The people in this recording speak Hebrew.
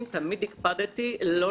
הקפדתי על קלה כבחמורה,